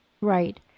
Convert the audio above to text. Right